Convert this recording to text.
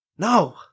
No